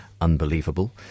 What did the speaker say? unbelievable